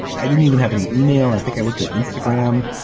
i didn't even have any yeah e-mail. i think i looked at instagram.